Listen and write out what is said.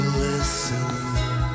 listen